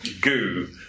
goo